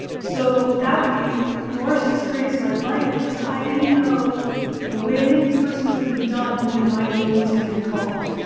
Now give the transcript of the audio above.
so that would be the worst experience of my life because i didn't know when the person was going to be done and when my name was going to be called.